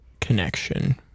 connection